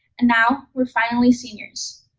and now, we're finally seniors.